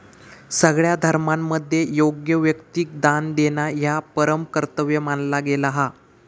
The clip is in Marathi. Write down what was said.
सगळ्या धर्मांमध्ये योग्य व्यक्तिक दान देणा ह्या परम कर्तव्य मानला गेला हा